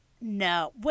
No